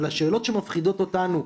אבל השאלות שמפחידות אותנו,